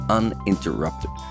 uninterrupted